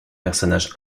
personnage